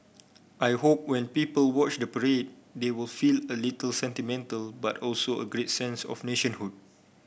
I hope when people watch the parade they will feel a little sentimental but also a great sense of nationhood